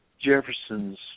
Jefferson's